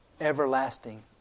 Everlasting